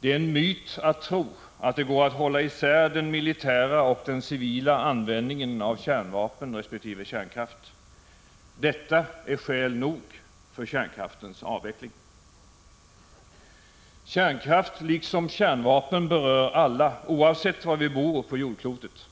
Det är en myt att tro att det går att hålla isär den 2 militära och den civila användningen av kärnvapen resp. kärnkraften. Detta är skäl nog för kärnkraftens avveckling. Kärnkraften liksom kärnvapen berör alla, oavsett var vi bor på jordklotet.